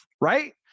right